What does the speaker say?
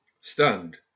Stunned